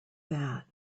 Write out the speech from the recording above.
that